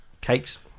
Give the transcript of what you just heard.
Cakes